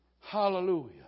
Hallelujah